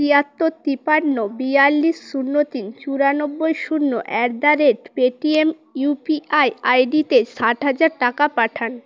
তিয়াত্তর তিপ্পান্ন বিয়াল্লিশ শূন্য তিন চুরানব্বই শূন্য at the rate Paytm UPI আইডিতে ষাট হাজার টাকা পাঠান